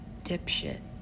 dipshit